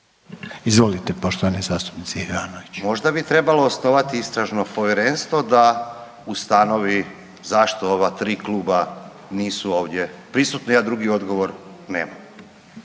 Izvolite poštovani zastupniče Ivanović. **Ivanović, Goran (HDZ)** Možda bi trebalo osnovati istražno povjerenstvo da ustanovi zašto ova 3 kluba nisu ovdje prisutna, ja drugi odgovor nemam.